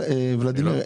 ולדימיר,